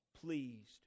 pleased